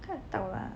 看得到啦